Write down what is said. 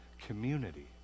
community